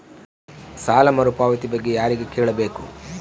ಸಾಲ ಮರುಪಾವತಿ ಬಗ್ಗೆ ಯಾರಿಗೆ ಕೇಳಬೇಕು?